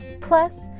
Plus